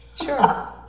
sure